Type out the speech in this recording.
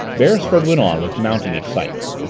beresford went on, with mounting excitement.